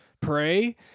pray